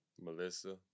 Melissa